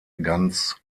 ganz